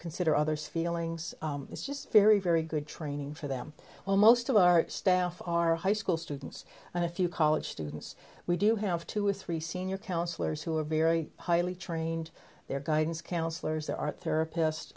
consider others feelings is just very very good training for them well most of our staff are high school students and a few college students we do have two or three senior counsellors who are very highly trained their guidance counselors their art therap